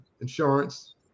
insurance